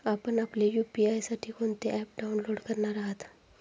आपण आपल्या यू.पी.आय साठी कोणते ॲप डाउनलोड करणार आहात?